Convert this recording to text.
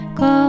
go